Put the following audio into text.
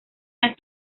las